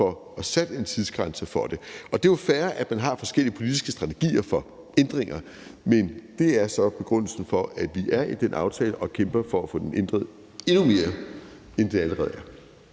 og få sat en tidsgrænse for det, og det er jo fair, at man har forskellige politiske strategier for ændringer. Men det er så begrundelsen for, at vi er med i den aftale, og at vi kæmper for at få den ændret endnu mere, end den allerede er